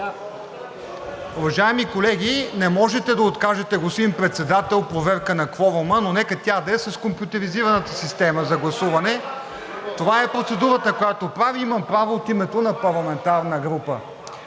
Уважаеми колеги! Не можете да откажете, господин Председател, проверка на кворума, но нека тя да е с компютризираната система за гласуване. (Шум и реплики.) Това е процедурата, която правя – имам право от името на парламентарна група.